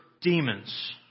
demons